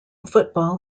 football